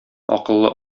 акыллы